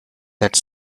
that